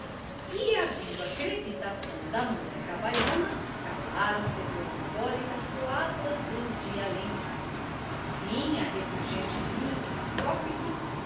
e à viva crepitação da música baiana calaram-se as melancólicas toadas dos de além mar assim à refulgente luz do trópicos